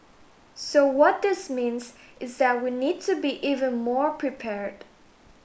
so what this means is that we need to be even more prepared